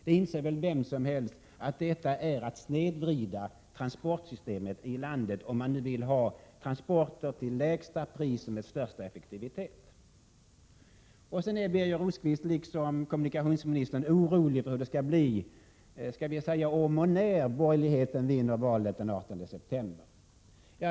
Vem som helst inser väl att detta är att snedvrida transportsystemet i landet — om man nu vill ha transporter till lägsta pris och med största effektivitet. Birger Rosqvist liksom kommunikationsministern är orolig för hur det skall bli om, eller skall vi säga när, borgerligheten vinner valet den 18 september.